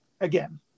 again